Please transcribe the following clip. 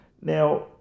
Now